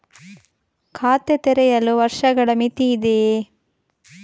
ಖಾತೆ ತೆರೆಯಲು ವರ್ಷಗಳ ಮಿತಿ ಇದೆಯೇ?